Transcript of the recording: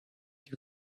you